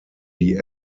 die